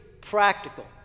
practical